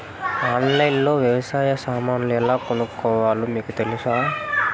ఆన్లైన్లో లో వ్యవసాయ సామాన్లు ఎలా కొనుక్కోవాలో మీకు తెలుసా?